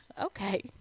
okay